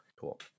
Cool